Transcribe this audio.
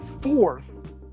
fourth